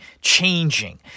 changing